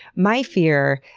my fear,